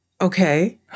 Okay